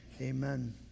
amen